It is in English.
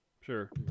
Sure